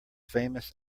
famous